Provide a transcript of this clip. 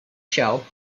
show